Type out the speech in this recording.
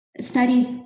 studies